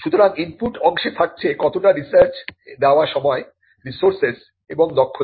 সুতরাং ইনপুট অংশে থাকছে কতটা রিসার্চে দেওয়া সময় রিসোর্সেস এবং দক্ষতা